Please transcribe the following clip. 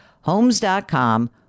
Homes.com